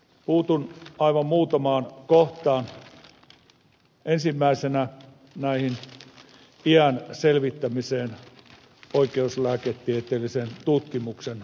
puutun aivan muutamaan kohtaan ensimmäisenä iän selvittämiseen oikeuslääketieteellisen tutkimuksen avulla